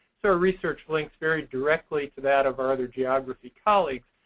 so our research links very directly to that of our other geography colleagues.